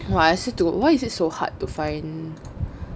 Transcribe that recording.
!wah! I swear to why is it so hard to find